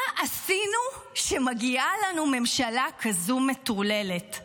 מה עשינו שמגיעה לנו ממשלה כזאת מטורללת?